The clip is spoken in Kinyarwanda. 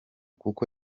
kuko